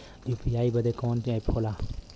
UPI बदे कवन app होला?